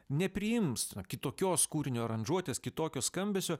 nepriims na kitokios kūrinio aranžuotės kitokio skambesio